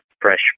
fresh